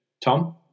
Tom